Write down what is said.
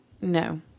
no